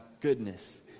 goodness